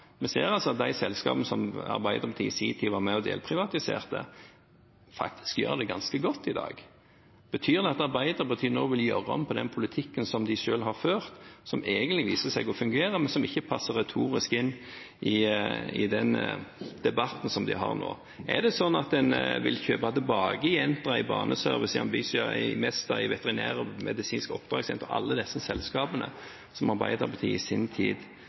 ganske godt i dag. Betyr det at Arbeiderpartiet nå vil gjøre om på den politikken som de selv har ført, som egentlig viste seg å fungere, men som ikke passer retorisk inn i den debatten som de har nå? Er det slik at en vil kjøpe tilbake i Baneservice, i Ambita, i Mesta, i Veterinærmedisinsk Oppdragssenter – alle disse selskapene som Arbeiderpartiet i sin tid